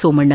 Somanna